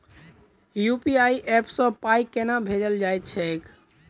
UPI app सँ पाई केना भेजल जाइत छैक?